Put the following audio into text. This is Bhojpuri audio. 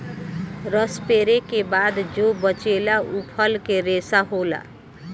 रस पेरे के बाद जो बचेला उ फल के रेशा होला